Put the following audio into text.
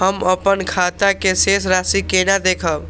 हम अपन खाता के शेष राशि केना देखब?